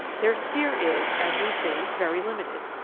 their sphere is, as we see, very limited.